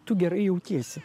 tu gerai jautiesi